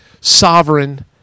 sovereign